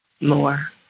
More